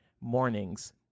mornings